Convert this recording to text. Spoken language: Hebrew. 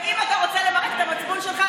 אם אתה רוצה למרק את המצפון שלך,